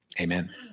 amen